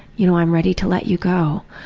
you know, i'm ready to let you go!